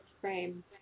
frame